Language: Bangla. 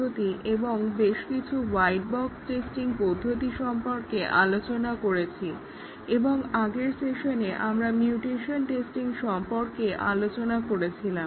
এখনো পর্যন্ত আমরা ব্ল্যাক বক্স টেস্টিং পদ্ধতি এবং বেশকিছু হোয়াইট বক্স টেস্টিং পদ্ধতি সম্পর্কে আলোচনা করেছি এবং আগের সেশনে আমরা মিউটেশন টেস্টিং সম্পর্কে আলোচনা করেছিলাম